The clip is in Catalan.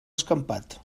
escampat